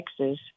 Texas